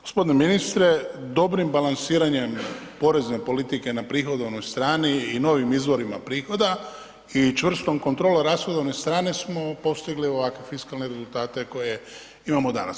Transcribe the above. Gospodine ministre dobrim balansiranjem porezne politike na prihodovnoj strani i novim izvorima prihoda i čvrstom kontrolom rashodovne strane smo postigli ovakve fiskalne rezultate koje imamo danas.